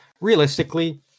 realistically